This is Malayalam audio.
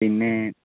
പിന്നെ